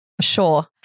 Sure